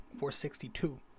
462